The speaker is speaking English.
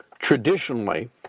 Traditionally